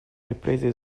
riprese